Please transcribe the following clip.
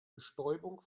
bestäubung